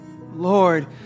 Lord